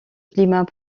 climat